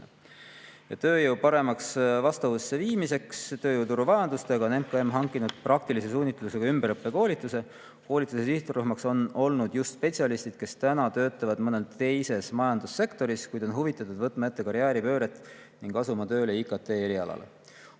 Tööjõu paremaks vastavusse viimiseks tööjõuturu vajadustega on MKM hankinud praktilise suunitlusega ümberõppe koolituse. Koolituse sihtrühm on olnud just spetsialistid, kes täna töötavad mõnes teises majandussektoris, kuid on huvitatud võtma ette karjääripööret ning asuma tööle IKT‑[valdkonnas].